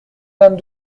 vingt